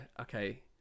okay